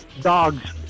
Dogs